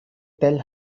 tell